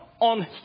On